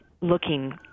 looking